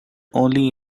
only